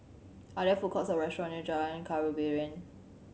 are there food courts or restaurants near Jalan Khairuddin